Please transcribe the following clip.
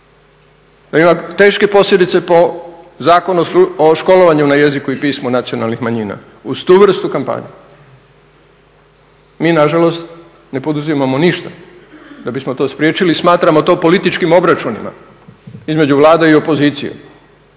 Ima teške posljedice po Zakonu o školovanju na jeziku i pismu nacionalnih manjina uz tu vrstu kampanje mi na žalost ne poduzimamo ništa da bismo to spriječili i smatramo to političkim obračunima između vlada i opozicije,